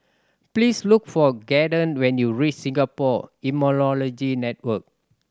please look for Caden when you reach Singapore Immunology Network